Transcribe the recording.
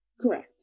Correct